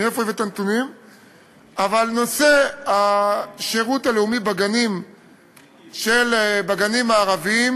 אבל נושא השירות הלאומי בגנים הערביים